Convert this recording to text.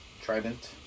Trident